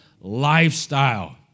lifestyle